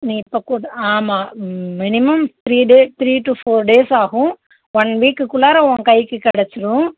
இப்போ கூட ஆமாம் minimum three days three to four days ஆகும் ஒன் வீக்குள்ளாற உன் கைக்கு கிடச்சிடும்